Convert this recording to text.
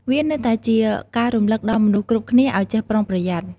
វានៅតែជាការរំឭកដល់មនុស្សគ្រប់គ្នាឱ្យចេះប្រុងប្រយ័ត្ន។